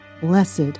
Blessed